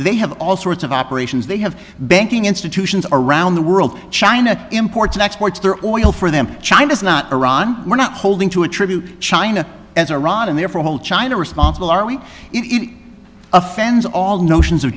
they have all sorts of operations they have banking institutions around the world china imports exports their oil for them china is not iran we're not holding to attribute china as iran and therefore all china responsible are we it offends all notions o